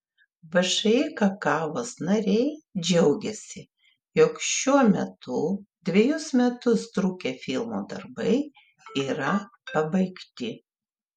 všį kakavos nariai džiaugiasi jog šiuo metu dvejus metus trukę filmo darbai yra pabaigti